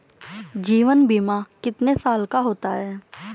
जीवन बीमा कितने साल का होता है?